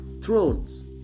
thrones